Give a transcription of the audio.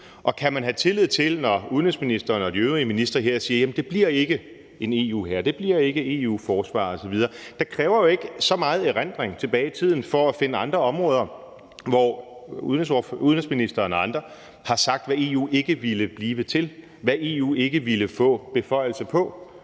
Og kan man have tillid til det, når udenrigsministeren og de øvrige ministre her siger, at jamen det bliver ikke en EU-hær, det bliver ikke et EU-forsvar osv.? Det kræver jo ikke så meget erindring tilbage i tiden for at finde andre områder, hvor udenrigsministeren og andre har sagt, hvad EU ikke ville blive til, og hvad EU ikke ville få beføjelser